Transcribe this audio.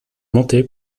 montées